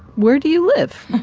where do you live?